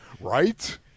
right